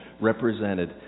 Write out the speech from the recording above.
represented